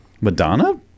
Madonna